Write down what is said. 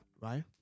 right